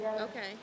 Okay